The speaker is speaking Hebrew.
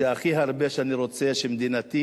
והכי אני רוצה שמדינתי